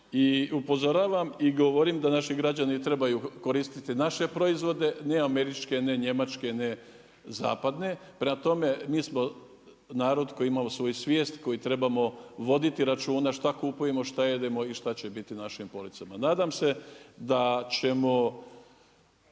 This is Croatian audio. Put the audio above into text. i upozoravam i govorim da naši građani trebaju koristiti naše proizvode, ne američke, ne njemačke, ne zapadne, prema tome mi smo narod koji ima svoju svijest, koji treba voditi računa šta kupujemo, šta jedemo i šta će biti na našim policama. Nadam se da ćemo